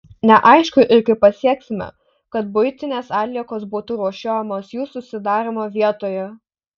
neaišku ir kaip pasieksime kad buitinės atliekos būtų rūšiuojamos jų susidarymo vietoje